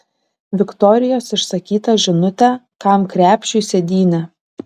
viktorijos išsakytą žinutę kam krepšiui sėdynė